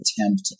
attempt